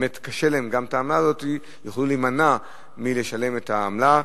מאלה שצריכים לשלם, את האפשרות לשלם בבנק הדואר.